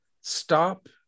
stop